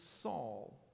Saul